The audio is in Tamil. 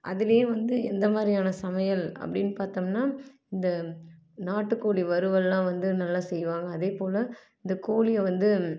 அதில் வந்து எந்த மாதிரியான சமையல் அப்படின்னு பார்த்தோம்னா இந்த நாட்டுக்கோழி வறுவல்லாம் வந்து நல்லா செய்வாங்க அதே போல இந்த கோழியை வந்து